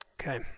Okay